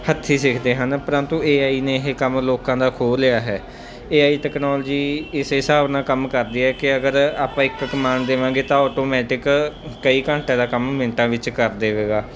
ਹੱਥੀਂ ਸਿੱਖਦੇ ਹਨ ਪਰੰਤੂ ਏਆਈ ਨੇ ਇਹ ਕੰਮ ਲੋਕਾਂ ਦਾ ਖੋਹ ਲਿਆ ਹੈ ਏਆਈ ਟੈਕਨੋਲਜੀ ਇਸੇ ਹਿਸਾਬ ਨਾਲ ਕੰਮ ਕਰਦੀ ਆ ਕਿ ਅਗਰ ਆਪਾਂ ਇੱਕ ਕਮਾਨਡ ਦੇਵਾਂਗੇ ਤਾਂ ਆਟੋਮੈਟਿਕ ਕਈ ਘੰਟਿਆਂ ਦਾ ਕੰਮ ਮਿੰਟਾਂ ਵਿੱਚ ਕਰ ਦੇਵੇਗਾ